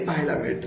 हे पाहायला मिळत